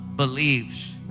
Believes